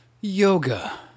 Yoga